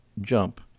jump